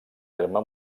terme